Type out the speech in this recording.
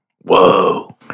Whoa